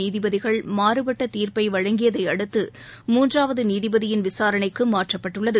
நீதிபதிகள் மாறுபட்ட தீர்ப்பை வழங்கியதையடுத்து மூன்றாவது நீதிபதியின் விசாரணைக்கு மாற்றப்பட்டுள்ளது